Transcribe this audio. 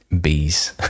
bees